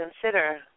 consider